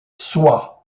soies